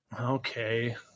Okay